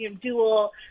dual